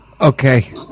okay